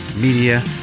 Media